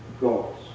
goals